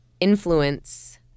influence